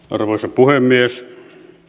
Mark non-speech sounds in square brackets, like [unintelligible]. [unintelligible] arvoisa puhemies